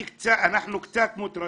אנחנו קצת מוטרדים.